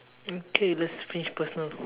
okay let's finish personal